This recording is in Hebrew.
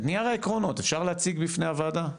את נייר העקרונות אפשר להציג בפני הוועדה?